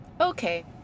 Okay